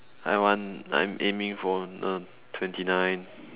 I want I'm aiming for uh twenty nine